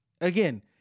again